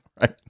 right